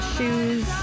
Shoes